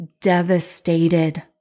Devastated